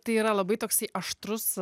tai yra labai toksai aštrus